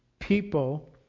people